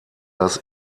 das